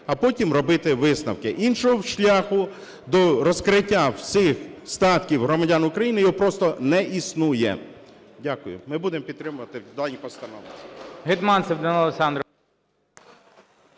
а потім робити висновки. Іншого шляху до розкриття всіх статків громадян України просто не існує. Дякую. Ми будемо підтримувати дані постанови.